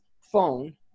phone